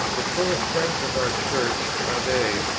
the truest friends of our church are they,